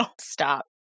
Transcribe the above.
Stop